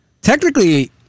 Technically